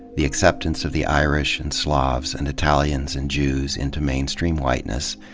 the acceptance of the irish and slavs and italians and jews into mainstream whiteness,